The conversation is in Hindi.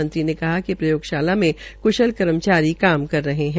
मंत्री ने बताया कि प्रयोगशाला में कुशल कर्मचारी काम कर रहे है